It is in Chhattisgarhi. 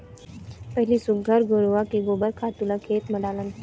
पहिली सुग्घर घुरूवा के गोबर खातू ल खेत म डालन